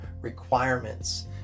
requirements